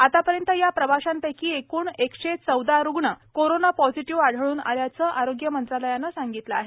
आतापर्यंत या प्रवाशांपैकी एकूण एकशे चौदा रुग्ण कोरोना पॉझिटिव्ह आढळून आल्याचं आरोग्य मंत्रालयानं म्हटलं आहे